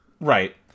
Right